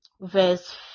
verse